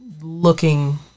looking